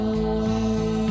away